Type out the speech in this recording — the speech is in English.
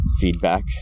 feedback